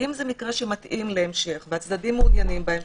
אם זה מקרה שמתאים להמשך והצדדים מעוניינים בכך,